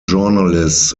journalists